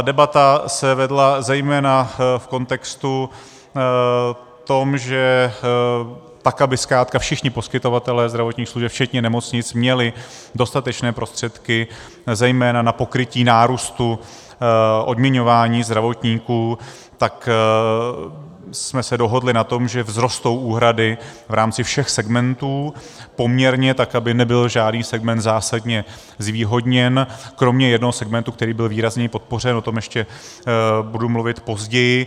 Debata se vedla zejména v tom kontextu tak, aby zkrátka všichni poskytovatelé zdravotních služeb včetně nemocnic měli dostatečné prostředky, zejména na pokrytí nárůstu odměňování zdravotníků, tak jsme se dohodli na tom, že vzrostou úhrady v rámci všech segmentů poměrně tak, aby nebyl žádný segment zásadně zvýhodněn, kromě jednoho segmentu, který byl výrazněji podpořen, o tom ještě budu mluvit později.